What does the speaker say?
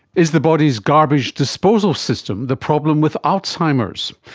is the body's garbage disposal system the problem with alzheimer's?